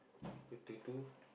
fifty two